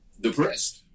depressed